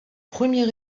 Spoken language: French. premier